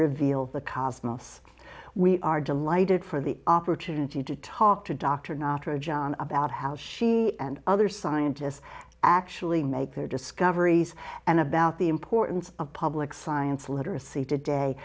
reveals the cosmos we are delighted for the opportunity to talk to dr knot or john about how she and other scientists actually make their discoveries and about the importance of public science literacy today